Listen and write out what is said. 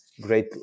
great